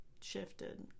shifted